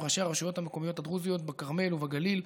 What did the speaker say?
עם ראשי הרשויות המקומיות הדרוזיות בכרמל ובגליל,